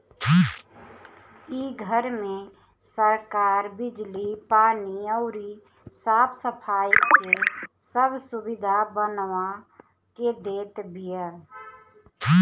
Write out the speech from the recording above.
इ घर में सरकार बिजली, पानी अउरी साफ सफाई के सब सुबिधा बनवा के देत बिया